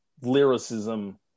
lyricism